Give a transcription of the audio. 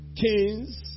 kings